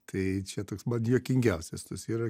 kai čia toks man juokingiausias tas yra